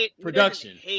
production